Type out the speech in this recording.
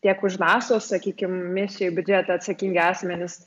tiek už naso sakykim misijų biudžetą atsakingi asmenys